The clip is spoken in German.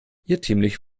irrtümlich